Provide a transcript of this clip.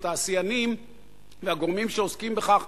התעשיינים והגורמים שעוסקים בכך,